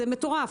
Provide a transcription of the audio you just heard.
זה מטורף.